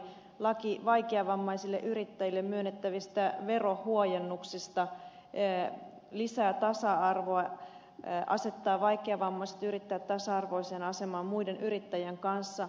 laki vaikeavammaisille yrittäjille myönnettävistä verohuojennuksista lisää tasa arvoa asettaa vaikeavammaiset yrittäjät tasa arvoiseen asemaan muiden yrittäjien kanssa